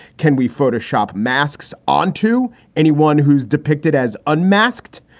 can we photoshop masks on to anyone who's depicted as unmasked?